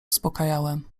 uspokajałem